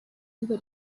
über